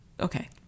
okay